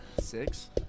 Six